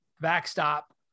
backstop